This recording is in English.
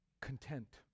content